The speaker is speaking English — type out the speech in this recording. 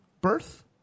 birth